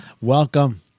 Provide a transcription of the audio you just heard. Welcome